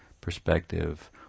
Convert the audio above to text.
perspective